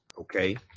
okay